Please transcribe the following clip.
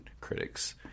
critics